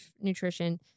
nutrition